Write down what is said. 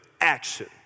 action